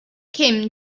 kim